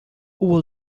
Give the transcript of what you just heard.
hubo